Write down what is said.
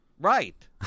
Right